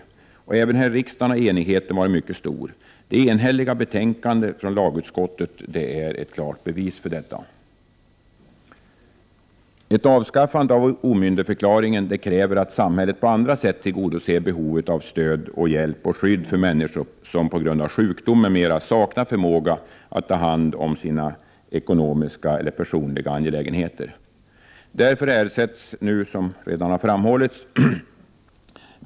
Även här i riksdagen har enigheten varit mycket stor. Det enhälliga betänkandet från lagutskottet är ett klart bevis för detta. Ett avskaffande av omyndigförklaringen kräver att samhället på andra sätt tillgodoser behovet av hjälp, stöd och skydd för människor som bl.a. på grund av sjukdom saknar förmåga att ta hand om sina ekonomiska eller personliga angelägenheter.